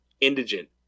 indigent